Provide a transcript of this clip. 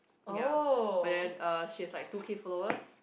ya but then uh she has like two K followers